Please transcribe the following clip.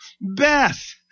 Beth